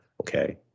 okay